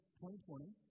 2020